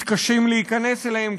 מתקשים להיכנס אליהם,